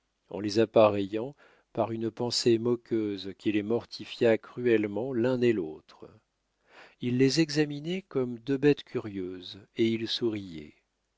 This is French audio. en les appareillant par une pensée moqueuse qui les mortifia cruellement l'un et l'autre il les examinait comme deux bêtes curieuses et il souriait